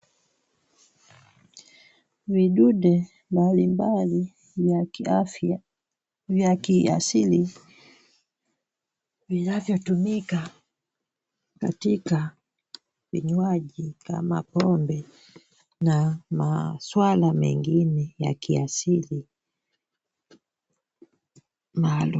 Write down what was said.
Vidude mbalimbali vya kiafya vya kiasili, vinavyotumika katika vinywaji kama pombe na maswala mengine ya kiasili maalum.